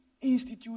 institute